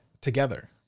together